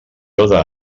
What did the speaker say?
allò